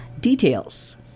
Details